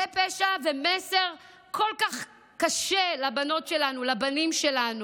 זה פשע ומסר כל כך קשה לבנות שלנו, לבנים שלנו.